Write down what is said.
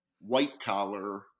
white-collar